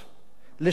לשנות את המציאות: